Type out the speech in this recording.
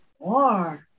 more